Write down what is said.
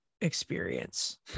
experience